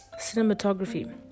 cinematography